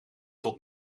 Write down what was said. tot